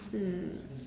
mm